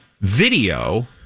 video